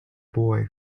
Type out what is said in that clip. boy